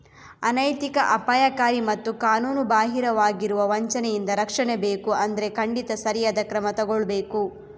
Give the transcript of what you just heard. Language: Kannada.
ಅನೈತಿಕ, ಅಪಾಯಕಾರಿ ಮತ್ತು ಕಾನೂನುಬಾಹಿರವಾಗಿರುವ ವಂಚನೆಯಿಂದ ರಕ್ಷಣೆ ಬೇಕು ಅಂದ್ರೆ ಖಂಡಿತ ಸರಿಯಾದ ಕ್ರಮ ತಗೊಳ್ಬೇಕು